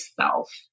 self